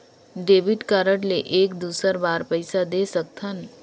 Debit card ले एक दुसर बार पइसा दे सकथन?